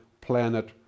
planet